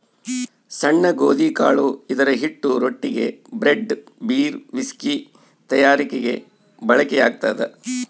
ಸಣ್ಣ ಗೋಧಿಕಾಳು ಇದರಹಿಟ್ಟು ರೊಟ್ಟಿಗೆ, ಬ್ರೆಡ್, ಬೀರ್, ವಿಸ್ಕಿ ತಯಾರಿಕೆಗೆ ಬಳಕೆಯಾಗ್ತದ